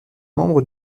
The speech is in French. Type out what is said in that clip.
membre